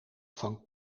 van